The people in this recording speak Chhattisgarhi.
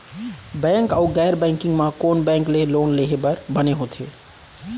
बैंक अऊ गैर बैंकिंग म कोन बैंक ले लोन लेहे बर बने होथे?